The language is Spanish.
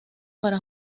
para